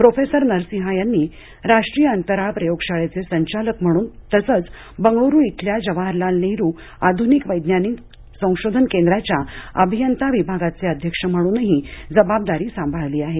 professor Narasimha यांनी राष्ट्रीय अंतराळ प्रयोगशाळेचे संचालक म्हणून तसंच बंगळूरू इथल्या जवाहरलाल नेहरू आधूनिक वैज्ञानिक संशोधन केंद्राच्या अभियंता विभागाचे अध्यक्ष म्हणूनही जबाबदारी सांभाळली आहे